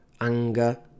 anger